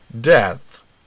death